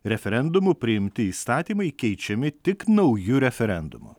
referendumu priimti įstatymai keičiami tik nauju referendumu